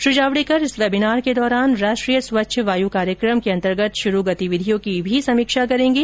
श्री जावडेकर इस वेबिनार के दौरान राष्ट्रीय स्वच्छ वायु कार्यक्रम के अंतर्गत शुरू गतिविधियों की भी समीक्षा करेंगे